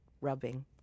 rubbing